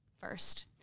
first